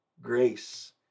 Grace